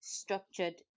structured